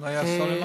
לא היה של סלימאן?